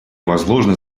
возложены